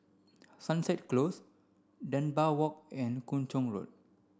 Sunset Close Dunbar Walk and Kung Chong Road